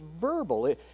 verbal